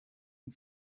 and